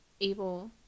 able